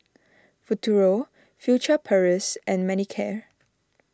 Futuro Furtere Paris and Manicare